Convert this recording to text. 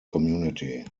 community